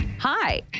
Hi